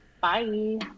bye